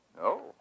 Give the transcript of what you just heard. No